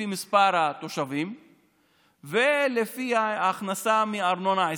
לפי מספר התושבים ולפי ההכנסה מארנונה עסקית.